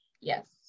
yes